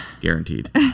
guaranteed